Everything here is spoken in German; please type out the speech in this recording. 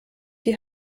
die